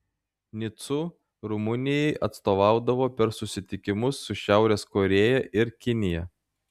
nicu rumunijai atstovaudavo per susitikimus su šiaurės korėja ir kinija